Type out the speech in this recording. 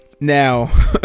now